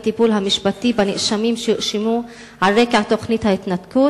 הטיפול המשפטי בנאשמים שהואשמו על רקע תוכנית ההתנתקות,